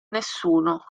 nessuno